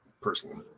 personally